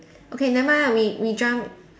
okay never mind ah we we jump